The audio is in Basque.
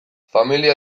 familia